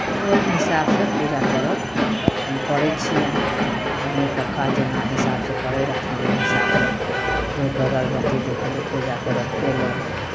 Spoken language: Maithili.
ओही हिसाबसँ पूजा पर्व हम करै छियै मम्मी पप्पा जेना हिसाबसँ करै रहथिन ओही हिसाबसँ धूप अगरबत्ती देखेलहुँ पूजा पर्व कयलहुँ